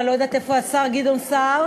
אני לא יודעת איפה השר גדעון סער,